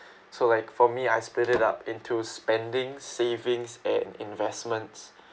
so like for me I split it up into spending savings and investments